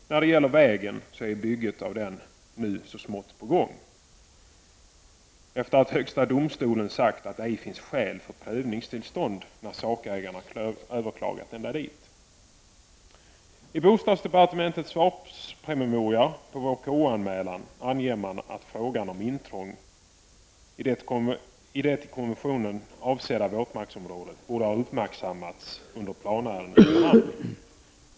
Byggandet av vägen är nu så smått på gång, efter det att högsta domstolen sagt att det ej finns skäl för prövningstillstånd, när sakägarna överklagat ända dit. I bostadsdepartementets svarspromemoria på vår KU-anmälan anger man att frågan om intrång i det i konventionen avsedda våtmarksområdet borde ha uppmärksammats under planärendenas behandling.